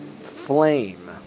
flame